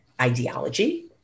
ideology